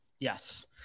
Yes